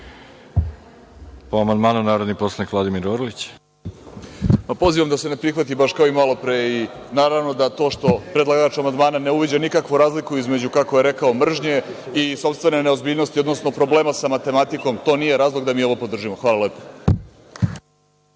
poslanik Vladimir Orlić. **Vladimir Orlić** Pozivam da se ne prihvati, baš kao malo pre i naravno da to što predlagač amandmana ne uviđa nikakvu razliku između, kako je rekao mržnje i sopstvene neozbiljnosti, odnosno problema sa matematikom, to nije razlog da mi ovo podržimo. Hvala lepo.